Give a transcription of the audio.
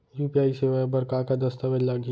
UPI सेवा बर का का दस्तावेज लागही?